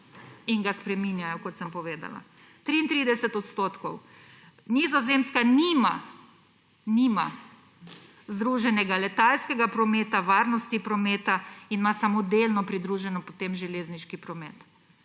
in ga spreminjajo, kot sem povedala. Nizozemska nima združenega letalskega prometa, varnosti prometa in ima samo delno pridruženo potem železniški promet.